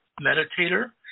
meditator